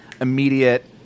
immediate